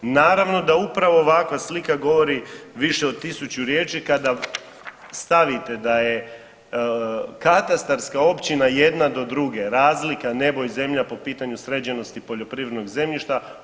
Naravno da upravo ovakva slika govori više od tisuću riječi kada stavite da je katastarska općina jedna do druge, razlika nebo i zemlja po pitanju sređenosti poljoprivrednog zemljišta.